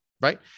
Right